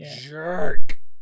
jerk